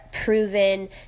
proven